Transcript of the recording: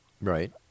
Right